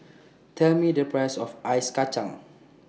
Tell Me The Price of Ice Kachang